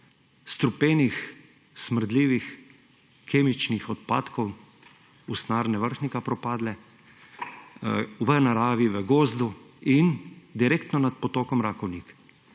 strupenih, smrdljivih kemičnih odpadkov propadle Usnjarne Vrhnika v naravi, v gozdu in direktno nad potokom Rakovnik.